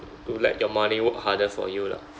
to let your money work harder for you lah